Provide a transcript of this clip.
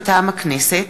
מטעם הכנסת: